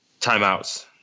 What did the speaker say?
timeouts